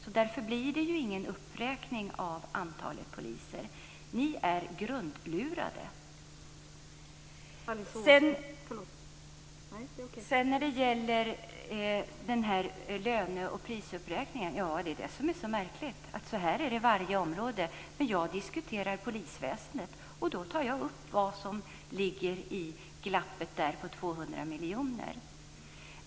Därför blir det ju ingen uppräkning av antalet poliser. Ni är grundlurade. När det sedan gäller löne och prisuppräkningen är det just detta som är så märkligt: Så här är det på varje område. Men jag diskuterar polisväsendet, och då tar jag upp vad som ligger i glappet på 200 miljoner.